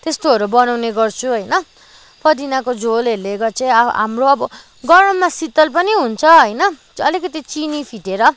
त्यस्तोहरू बनाउने गर्छु होइन पुदिनाको झोलहरूले चाहिँ हाम्रो अब गरममा शीतल पनि हुन्छ होइन अलिकति चिनी फिटेर